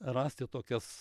rasti tokias